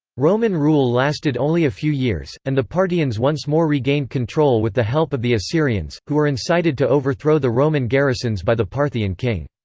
roman rule lasted only a few years, and the parthians once more regained control with the help of the assyrians, who were incited to overthrow the roman garrisons by the parthian king.